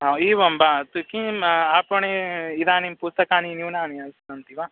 हा एवं वा तत् किं आपणे इदानीं पुस्तकानि न्यूनानि सन्ति वा